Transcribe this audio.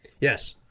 Yes